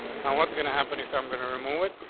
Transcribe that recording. now what's gonna happen if i'm going to remove it?